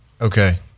Okay